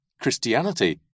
Christianity